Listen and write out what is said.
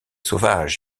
sauvages